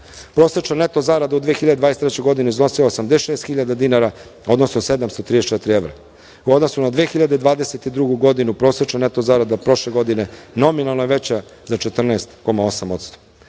8,8%.Prosečna neto zarada u 2023. godini iznosila je 86.000 dinara, odnosno 734 evra, u odnosu na 2022. godinu, prosečna neto zarada od prošle godine nominalno je veća za 14,8%.Od